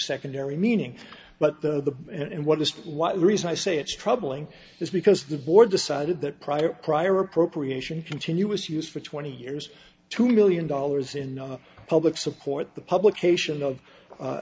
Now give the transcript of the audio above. secondary meaning but the and what just what reason i say it's troubling is because the board decided that prior prior appropriation continuous use for twenty years two million dollars in public support the public